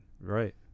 Right